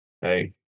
Hey